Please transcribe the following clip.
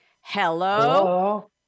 Hello